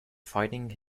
finding